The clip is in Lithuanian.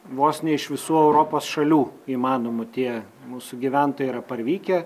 vos ne iš visų europos šalių įmanomų tie mūsų gyventojai yra parvykę